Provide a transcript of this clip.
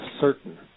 certain